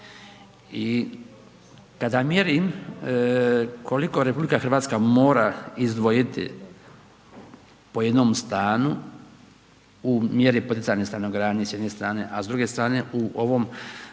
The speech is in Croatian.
I kada mjerim koliko RH mora izdvojiti po jednom stanu u mjeri poticanja stanogradnje s jedne strane a s druge strane u ovom